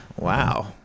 Wow